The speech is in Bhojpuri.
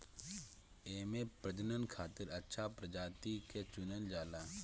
एमे प्रजनन खातिर अच्छा प्रजाति के चुनल जाला